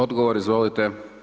Odgovor izvolite.